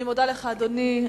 אני מודה לך, אדוני.